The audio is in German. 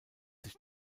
sich